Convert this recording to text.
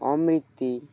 অমৃতি